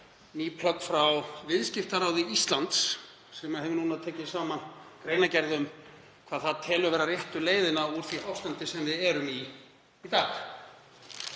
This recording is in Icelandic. ný plögg frá Viðskiptaráði Íslands sem hefur núna tekið saman greinargerð um hvað það telur réttu leiðina úr ástandinu sem við erum í.